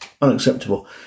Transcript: unacceptable